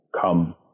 Come